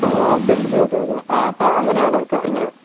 okay okay okay okay ആ അപ്പം അങ്ങനെയാണ് കാര്യങ്ങൾ